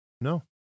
No